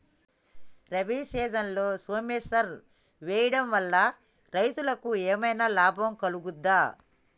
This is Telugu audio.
రబీ సీజన్లో సోమేశ్వర్ వేయడం వల్ల రైతులకు ఏమైనా లాభం కలుగుద్ద?